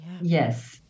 Yes